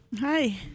Hi